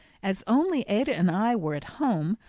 as only ada and i were at home,